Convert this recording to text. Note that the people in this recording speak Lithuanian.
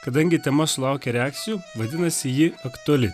kadangi tema sulaukia reakcijų vadinasi ji aktuali